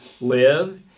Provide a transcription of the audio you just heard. live